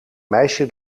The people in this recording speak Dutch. meisje